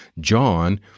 John